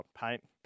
Paint